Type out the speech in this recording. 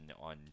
on